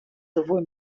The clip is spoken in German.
sowohl